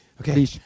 Okay